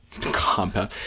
Compound